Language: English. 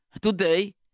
Today